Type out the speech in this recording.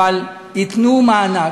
אבל ייתנו מענק,